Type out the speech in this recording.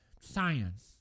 Science